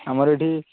ଆମର ଏଠି